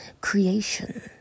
creation